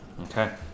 okay